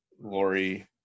Lori